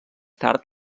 tard